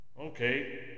Okay